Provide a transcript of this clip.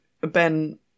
Ben